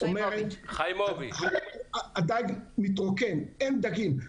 שאומרת הדייג מתרוקן, אין דגים.